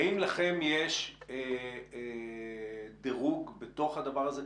האם לכם יש דירוג בתוך הדבר הזה?